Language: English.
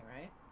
right